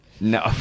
No